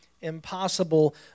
impossible